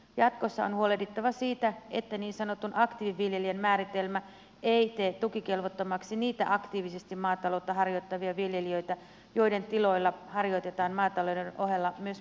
jatkossa on huolehdittava siitä että niin sanotun aktiiviviljelijän määritelmä ei tee tukikelvottomaksi niitä aktiivisesti maataloutta harjoittavia viljelijöitä joiden tiloilla harjoitetaan maatalouden ohella myös muuta toimintaa